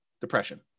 depression